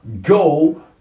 go